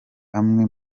amwe